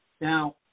Now